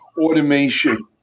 automation